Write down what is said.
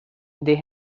they